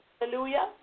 Hallelujah